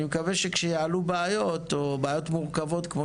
ואני מקווה שכשיעלו בעיות או בעיות מורכבות כמו